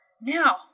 Now